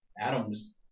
Adam's